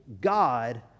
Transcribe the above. God